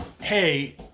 hey